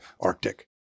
Arctic